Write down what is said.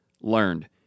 learned